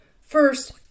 first